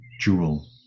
jewel